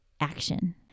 action